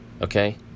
okay